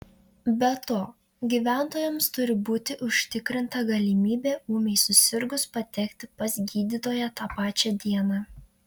be to gyventojams turi būti užtikrinta galimybė ūmiai susirgus patekti pas gydytoją tą pačią dieną